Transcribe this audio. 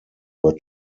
were